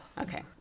Okay